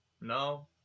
no